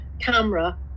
camera